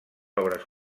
obres